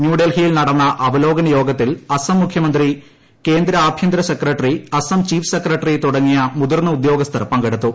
ന്യൂഡൽഹിയിൽ നടന്ന അവലോകന യോഗത്തിൽ അസം മുഖ്യമന്ത്രി കേന്ദ്ര ആഭ്യന്തര സെക്രട്ടറി അസം ചീഫ് സെക്രട്ടറി തുടങ്ങി മുതിർന്ന ഉദ്യോഗസ്ഥർ പങ്കെടുത്തു